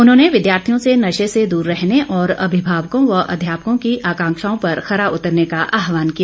उन्होंने विद्यार्थियों से नशे से दूर रहने और अभिभावकों व अध्यापकों की आकांक्षाओं पर खरा उतरने का आहवान किया